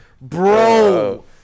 Bro